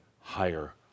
higher